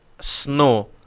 snow